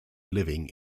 living